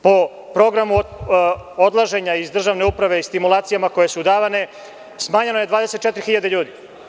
Po programi odlaženja iz državne uprave i stimulacijama koje su davane, smanjeno je 24 hiljade ljudi.